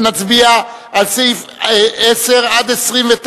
נצביע על סעיפים 10 29,